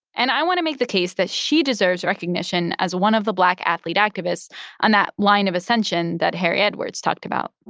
and i want to make the case that she deserves recognition as one of the black athlete activists on that line of ascension that harry edwards talked about